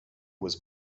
was